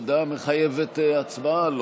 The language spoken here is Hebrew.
ההודעה מחייבת הצבעה?